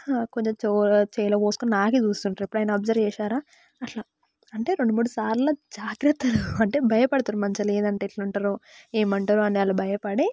కొంచెం జోరుగా చేతిలో పోసుకొని నాకి చూస్తుంటారు ఎప్పుడైనా అబ్జర్వ్ చేశారా అట్లా అంటే రెండు మూడు సార్లు జాగ్రత్తలు అంటే భయపడతారు మంచిగా లేదంటే ఎట్లంటారో ఏమంటారో అని వాళ్ళు భయపడి